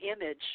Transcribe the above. image